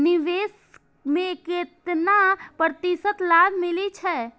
निवेश में केतना प्रतिशत लाभ मिले छै?